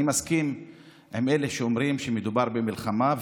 אני מסכים עם אלה שאומרים שמדובר במלחמה,